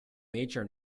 major